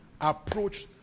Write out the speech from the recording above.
approach